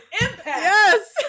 Yes